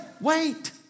Wait